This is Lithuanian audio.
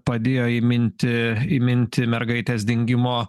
padėjo įminti įminti mergaitės dingimo